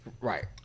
Right